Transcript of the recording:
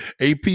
AP